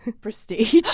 Prestige